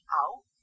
out